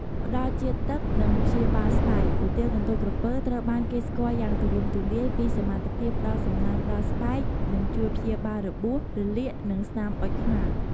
ផ្តល់ជាតិទឹក និងព្យាបាលស្បែក ប្រទាលកន្ទុយក្រពើត្រូវបានគេស្គាល់យ៉ាងទូលំទូលាយពីសមត្ថភាពផ្តល់សំណើមដល់ស្បែក និងជួយព្យាបាលរបួស រលាក និងស្នាមអុចខ្មៅ។